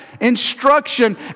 instruction